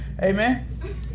amen